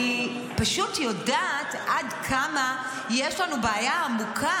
אני פשוט יודעת עד כמה יש לנו בעיה עמוקה